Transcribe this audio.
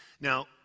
Now